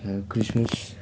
happy Christmas